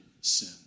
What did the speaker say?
sin